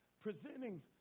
presenting